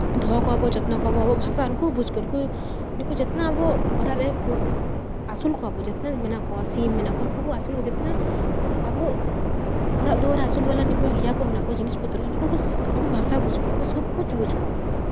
ᱫᱚᱦᱚ ᱠᱚᱣᱟᱵᱚᱱ ᱡᱚᱛᱱᱚ ᱠᱚᱣᱟᱵᱚᱱ ᱟᱵᱚ ᱵᱷᱟᱥᱟ ᱩᱱᱠᱩ ᱵᱩᱡᱽ ᱟᱠᱚ ᱩᱱᱠᱩ ᱱᱩᱠᱩ ᱡᱚᱛᱱᱚ ᱟᱵᱚ ᱚᱲᱟᱜ ᱨᱮ ᱟᱹᱥᱩᱞ ᱠᱚᱣᱟ ᱵᱚᱱ ᱡᱚᱛᱱᱟᱜ ᱢᱮᱱᱟᱜ ᱠᱚᱣᱟ ᱥᱤᱢ ᱢᱮᱱᱟᱜ ᱠᱚᱣᱟ ᱩᱱᱠᱩ ᱠᱚ ᱟᱹᱥᱩᱞ ᱠᱚᱣᱟᱵᱚᱱ ᱡᱟᱛᱮ ᱟᱵᱚ ᱚᱲᱟᱜ ᱫᱩᱣᱟᱹᱨ ᱟᱹᱥᱩᱞ ᱵᱟᱞᱟ ᱱᱩᱠᱩ ᱤᱭᱟᱹ ᱠᱚ ᱢᱮᱱᱟᱜ ᱠᱚᱣᱟ ᱡᱤᱱᱤᱥ ᱯᱚᱛᱨᱚ ᱩᱠᱩ ᱠᱚ ᱟᱵᱚᱣᱟᱜ ᱵᱷᱟᱥᱟ ᱵᱩᱡᱽ ᱟᱠᱚ ᱟᱵᱚ ᱥᱚᱵ ᱠᱩᱪ ᱵᱩᱡᱽ ᱟᱠᱚ